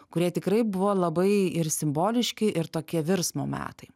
kurie tikrai buvo labai ir simboliški ir tokie virsmo metai